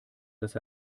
dass